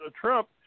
Trump